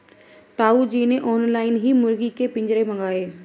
ताऊ जी ने ऑनलाइन ही मुर्गी के पिंजरे मंगाए